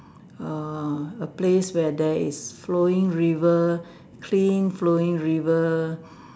err a place where there is flowing river clean flowing river